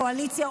קואליציה,